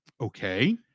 okay